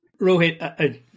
Rohit